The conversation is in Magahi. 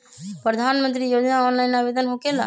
प्रधानमंत्री योजना ऑनलाइन आवेदन होकेला?